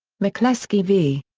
mccleskey v.